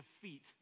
defeat